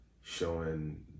showing